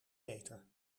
meter